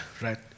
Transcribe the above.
right